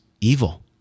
evil